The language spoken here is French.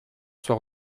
soit